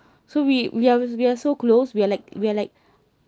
so we we are we are so close we're like we're like